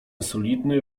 solidny